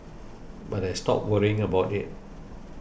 but I stopped worrying about it